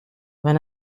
when